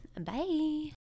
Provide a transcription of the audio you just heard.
Bye